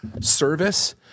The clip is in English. service